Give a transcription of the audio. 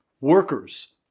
Workers